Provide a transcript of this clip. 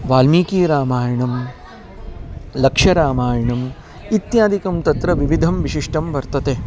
वाल्मीकीरामायणं लक्ष्यरामायणम् इत्यादिकं तत्र विविधं विशिष्टं वर्तते